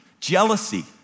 Jealousy